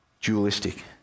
dualistic